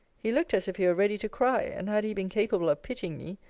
he looked as if he were ready to cry and had he been capable of pitying me,